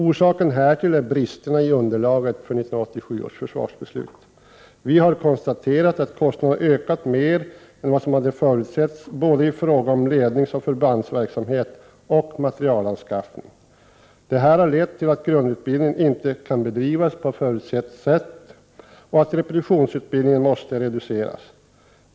Orsakerna härtill är bristerna i underlaget för 1987 års försvarsbeslut. Vi har konstaterat att kostnaderna ökat mer än vad som hade förutsetts både i fråga om ledningsoch förbandsverksamhet och materielanskaffning. Detta har lett till att grundutbildningen inte kan bedrivas på förutsatt sätt och att repetitionsutbildningen måste reduceras.